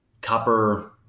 copper